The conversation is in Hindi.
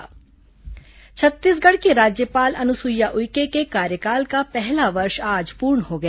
राज्यपाल एक साल छत्तीसगढ की राज्यपाल अनुसुईया उइके के कार्यकाल का पहला वर्ष आज पूर्ण हो गया